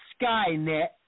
Skynet